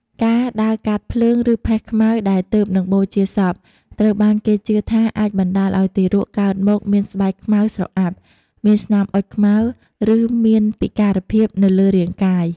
ការដើរកាត់ភ្លើង ឬផេះខ្មៅដែលទើបនឹងបូជាសព ត្រូវបានគេជឿថាអាចបណ្តាលឲ្យទារកកើតមកមានស្បែកខ្មៅស្រអាប់ មានស្នាមអុជខ្មៅ ឬមានពិការភាពនៅលើរាងកាយ។